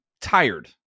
tired